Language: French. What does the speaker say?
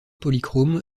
polychrome